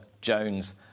Jones